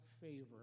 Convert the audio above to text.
favor